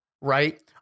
right